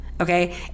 okay